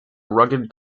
rugged